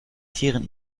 tieren